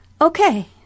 Okay